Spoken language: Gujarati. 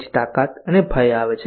પછી તાકાત અને ભય આવે છે